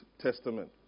Testament